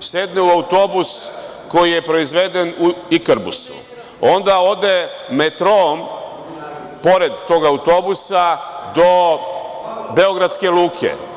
sedne u autobus, koji je proizveden u „Ikarbusu“, onda ode metroom pored tog autobusa do beogradske luke.